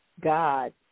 God